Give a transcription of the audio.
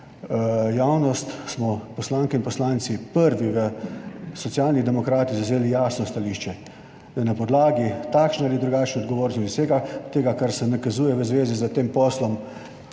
javnost, smo poslanke in poslanci prvi v Socialnih demokratih, zavzeli jasno stališče, da na podlagi takšne ali drugačne odgovornosti in vsega tega, kar se nakazuje v zvezi s tem poslom